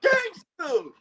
Gangster